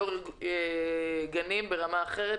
יושבת-ראש גנים ברמה אחרת,